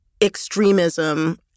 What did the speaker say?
extremism